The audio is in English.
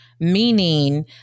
Meaning